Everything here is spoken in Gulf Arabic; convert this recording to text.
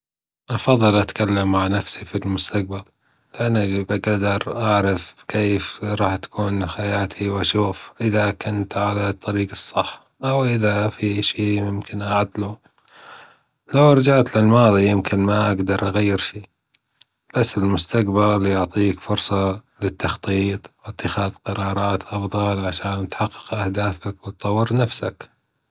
أفضل أتكلم مع نفسي في المستجبل، لأن أنا اللي أجدر أعرف كيف راح تكون حياتي وأشوف إذا كنت على الطريج الصح، أو إذا في اشي ممكن أعدله، لو رجعت للماضي يمكن ما أجدر أغير شي، بس المستجبل يعطي الفرصة للتخطيط وإتخاذ قرارات أفضل عشان تحقق أهدافك وتطور نفسك.